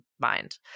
mind